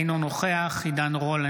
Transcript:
אינו נוכח עידן רול,